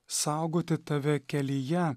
saugoti tave kelyje